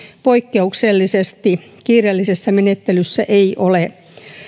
poikkeuksellisesti kiireellisessä menettelyssä ei ole